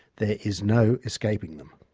there is no escaping them.